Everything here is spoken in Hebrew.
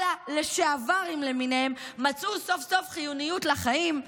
כל הלשעברים למיניהם מצאו סוף-סוף חיוניות לחיים,